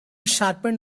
sharpened